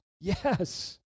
Yes